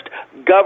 government